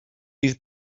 bydd